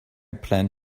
plan